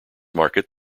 market